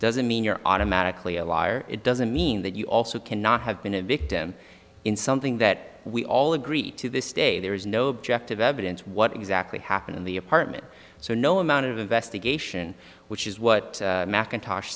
doesn't mean you're automatically a liar it doesn't mean that you also cannot have been a victim in something that we all agree to this day there is no objective evidence what exactly happened in the apartment so no amount of investigation which is what mcintosh